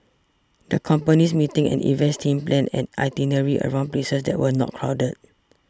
the company's meetings and events team planned an itinerary around places that were not crowded